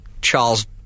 Charles